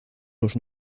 los